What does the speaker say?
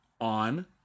on